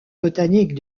botanique